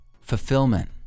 fulfillment